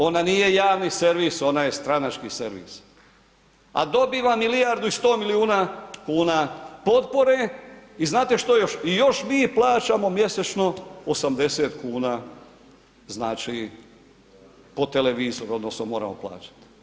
Ona nije javni servis, ona je stranački servis a dobiva milijardu i 100 milijuna kuna potpore i znate šta je još, i još mi plaćamo mjesečno 80 kuna po televizoru odnosno moramo plaćati.